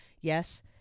yes